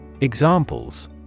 Examples